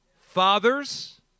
Fathers